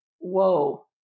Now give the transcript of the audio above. Whoa